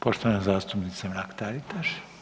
Poštovana zastupnica Mrak-Taritaš.